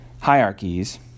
hierarchies